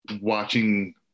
watching